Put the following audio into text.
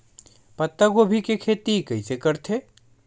पत्तागोभी के खेती कइसे करथे?